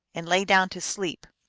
and lay down to sleep.